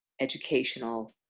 educational